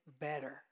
better